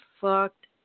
fucked